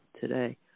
today